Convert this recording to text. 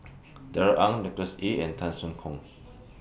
Darrell Ang Nicholas Ee and Tan Soo Khoon